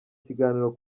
kiganiro